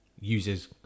uses